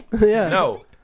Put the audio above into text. No